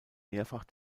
mehrfach